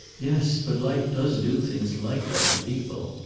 yes. but life does do things like that to people.